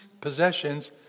possessions